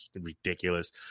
ridiculous